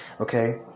okay